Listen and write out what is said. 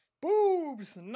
boobs